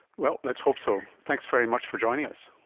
well, let's hope so. thanks very much for joining us.